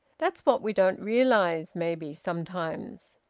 that's what we don't realise, maybe, sometimes.